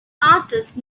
artist